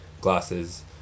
glasses